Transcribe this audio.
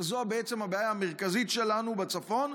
שזו בעצם הבעיה המרכזית שלנו בצפון,